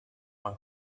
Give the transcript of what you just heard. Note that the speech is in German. man